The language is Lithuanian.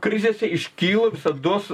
krizėse iškyla visados